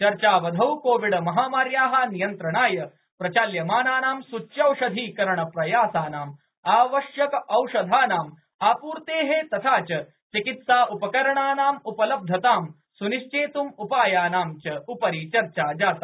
चर्चावधौ कोविडमहामार्याः नियन्त्रणाय प्रचाल्यमानानां सूच्यौषधीकरणप्रयासानां आवश्यकौषधानाम् आपूर्तेः तथा च चिकित्सा उपकरणानाम् उपलब्धतां सुनिश्चेतुम् उपायानां च उपरि चर्चा जाता